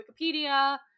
Wikipedia